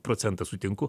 procentą sutinku